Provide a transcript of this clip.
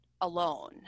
alone